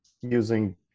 using